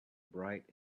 bright